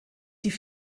die